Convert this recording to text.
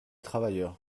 travailleurs